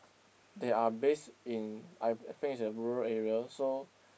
they are based in I I think is a rural area so